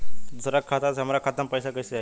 दूसरा के खाता से हमरा खाता में पैसा कैसे आई?